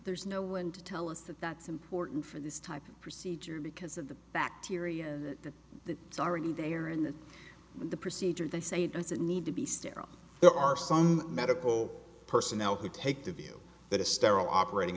there's no one to tell us that that's important for this type of procedure because of the bacteria that the it's already there in that the procedure they say doesn't need to be sterile there are some medical personnel who take the view that a sterile operating